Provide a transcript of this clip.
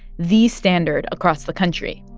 the standard across the country.